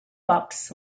bucks